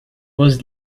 was